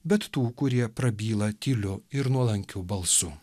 bet tų kurie prabyla tyliu ir nuolankiu balsu